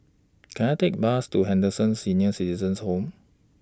Can I Take A Bus to Henderson Senior Citizens' Home